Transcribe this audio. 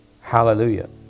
Hallelujah